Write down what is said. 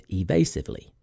evasively